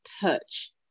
touch